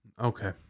Okay